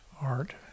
art